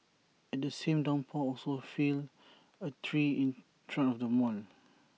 and the same downpour also felled A tree in front of the mall